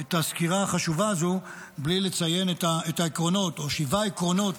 את הסקירה החשובה הזו בלי לציין שבעה עקרונות,